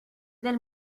del